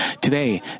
Today